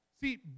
See